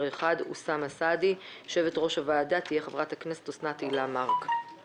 אחד אוסאמה סעדי יושבת ראש הוועדה תהיה חברת הכנסת אוסנת הילה מארק.